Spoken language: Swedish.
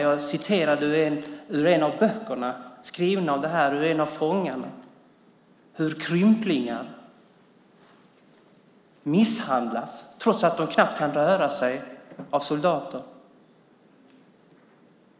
Jag citerade ur en av de böcker som skrivits om det här av en av fångarna, om hur krymplingar misshandlas av soldater, trots att de knappt kan röra sig.